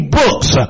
books